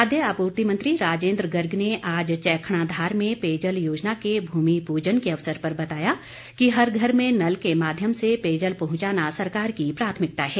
खाद्य आपूर्ति मंत्री राजेन्द्र गर्ग ने आज चैखणाधार में पेयजल योजना के भूमि पूजन के अवसर पर बताया कि हर घर में नल के माध्यम से पेयजल पहंचाना सरकार की प्राथमिकता है